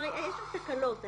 יש שם תקלות.